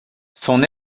son